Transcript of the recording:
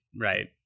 right